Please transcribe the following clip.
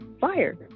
fire